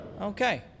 okay